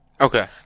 Okay